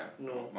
no